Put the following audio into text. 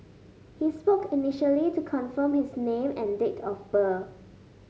he spoke initially to confirm his name and date of birth